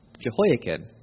Jehoiakim